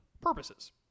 purposes